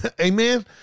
Amen